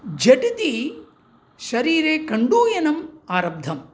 झटिति शरीरे कण्डूयनम् आरब्धम्